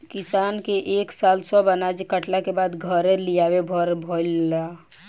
किसान के ए साल सब अनाज कटला के बाद घरे लियावे भर ना भईल